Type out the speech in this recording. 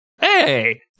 Hey